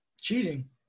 Cheating